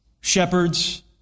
shepherds